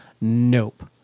Nope